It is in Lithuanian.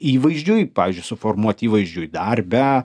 įvaizdžiui pavyžiui suformuot įvaizdžiui darbe